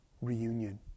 reunion